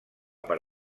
per